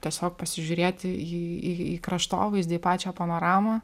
tiesiog pasižiūrėti į į į kraštovaizdį į pačią panoramą